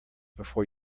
before